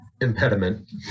impediment